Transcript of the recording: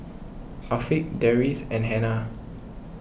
Afiq Deris and Hana